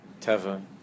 Teva